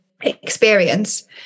experience